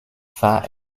war